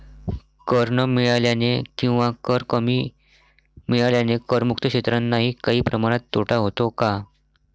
कर न मिळाल्याने किंवा कर कमी मिळाल्याने करमुक्त क्षेत्रांनाही काही प्रमाणात तोटा होतो का?